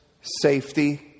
safety